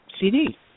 CD